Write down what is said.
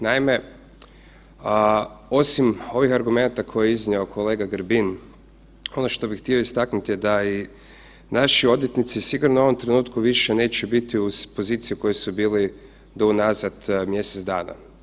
Naime, osim ovih argumenata koje je iznio kolega Grbin, ono što bi htio istaknuti da i naši odvjetnici sigurno u ovom trenutku više neće biti u poziciji u kojoj su bili do unazad mjesec dana.